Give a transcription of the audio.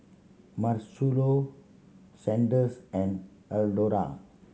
Marcello Sanders and Eldora